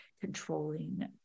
controlling